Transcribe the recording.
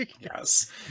Yes